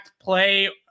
play